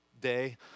day